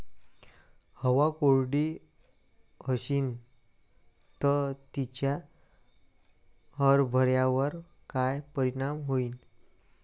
हवा कोरडी अशीन त तिचा हरभऱ्यावर काय परिणाम होईन?